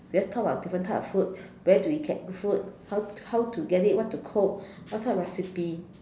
we have to talk about different type of food where do we get good food how how to get it what to cook what type of recipe